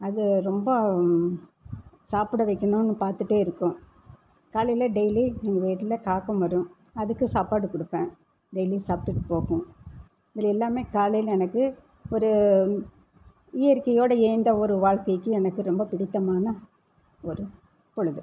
அது ரொம்ப சாப்பிட வெக்கணுன் பார்த்துட்டே இருக்கும் காலையில் டெய்லி எங்கள் வீட்டில் காகம் வரும் அதுக்கு சாப்பாடு கொடுப்பேன் டெய்லியும் சாப்பிட்டுட்டு போகும் இதில் எல்லாமே காலையில் எனக்கு ஒரு இயற்கையோடு இணைந்த ஒரு வாழ்க்கைக்கு எனக்கு ரொம்ப பிடித்தமான ஒரு பொழுது